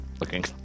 looking